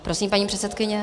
Prosím, paní předsedkyně.